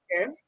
Okay